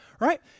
right